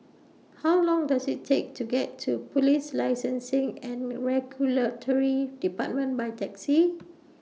How Long Does IT Take to get to Police Licensing and Regulatory department By Taxi